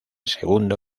segundo